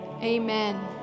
amen